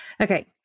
Okay